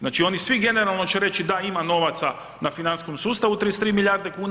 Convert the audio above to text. Znači, oni svi generalno će reći da ima novaca na financijskom sustavu, 33 milijarde kuna.